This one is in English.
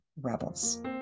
rebels